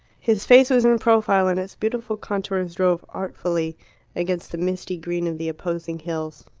his face was in profile, and its beautiful contours drove artfully against the misty green of the opposing hills.